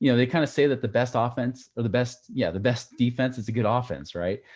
yeah they kind of say that the best offense of the best. yeah. the best defense is a good ah offense. right?